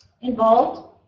involved